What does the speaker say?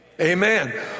Amen